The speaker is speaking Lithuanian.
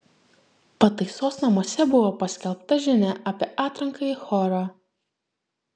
pataisos namuose buvo paskelbta žinia apie atranką į chorą